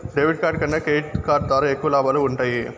debit card కన్నా credit card ద్వారా ఎక్కువ లాబాలు వుంటయ్యి